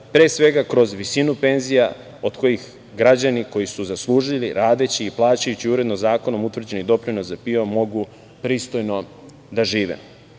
penzionera, kroz visinu penzija od kojih građani koji su zaslužili, radeći i plaćajući uredno zakonom utvrđen doprinos za PIO, mogu pristojno da žive.U